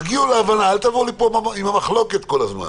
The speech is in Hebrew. תגיעו להבנה, אל תבואו לפה עם מחלוקת כל הזמן.